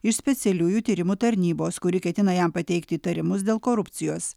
iš specialiųjų tyrimų tarnybos kuri ketina jam pateikti įtarimus dėl korupcijos